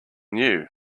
new